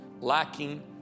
lacking